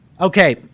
Okay